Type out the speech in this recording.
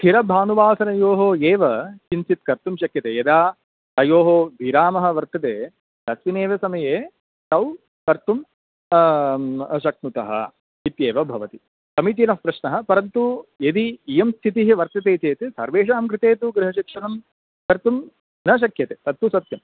स्थिरभानुवासरयोः एव किञ्चित् कर्तुं शक्यते यदा अयोः विरामः वर्तते तस्मिन्नेव समये तौ कर्तुं शक्नुतः इत्येव भवति समीचनः प्रश्नः परन्तु यदि इयं स्थितिः वर्तते चेत् सर्वेषां कृते तु गृहशिक्षणं कर्तुं न शक्यते तत्तु सत्यम्